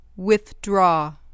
Withdraw